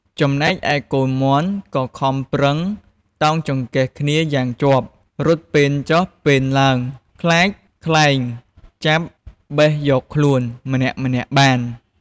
ចំណែកឯកូនមាន់ក៏ខំប្រឹងតោងចង្កេះគ្នាយ៉ាងជាប់ រត់ពេនចុះពេនឡើង ខ្លាចខ្លែងចាប់បេះយកខ្លួន ម្នាក់ៗបាន។